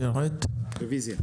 הצבעה בעד, 2 נגד, 1 נמנעים,